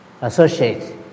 associate